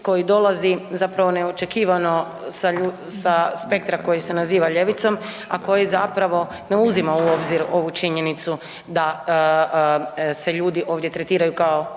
koji dolazi, zapravo, neočekivano sa spektra koji se naziva ljevicom, a koji zapravo ne uzima u obzir ovu činjenicu da se ljudi ovdje tretiraju kao